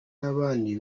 n’abandi